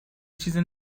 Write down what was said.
چیزی